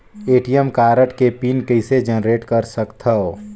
ATM card के PIN कइसे generate कर सकथव?